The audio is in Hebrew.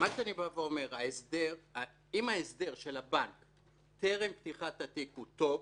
בא הזוכה ומבקש לבטל את ההכרה במקרה כזה הוא יכול